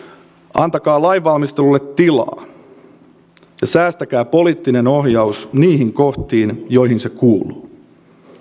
antakaa lainvalmistelulle tilaa ja säästäkää poliittinen ohjaus niihin kohtiin joihin se kuuluu